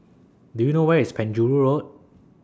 Do YOU know Where IS Penjuru Road